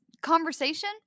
conversation